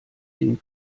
den